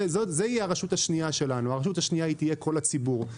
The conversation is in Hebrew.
זה יהיה הרשות השנייה שלנו כל הציבור.